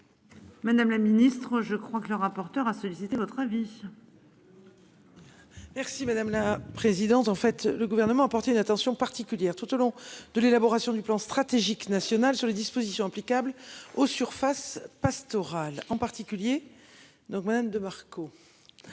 Madame la Ministre. Je crois que le rapporteur à solliciter votre vie. Merci madame la présidente. En fait, le gouvernement a porté une attention particulière tout au long de l'élaboration du plan stratégique national sur les dispositions applicables aux surfaces pastorales en particulier. Donc Madame de Marco.